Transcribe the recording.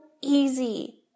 easy